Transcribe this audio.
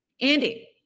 Andy